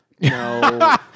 No